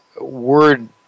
word